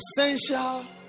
essential